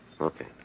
Okay